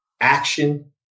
Action